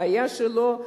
בעיה שלו,